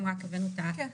אתמול רק הבאנו את ההשלמות.